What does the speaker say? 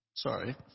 Sorry